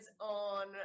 on